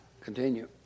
continue